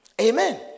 Amen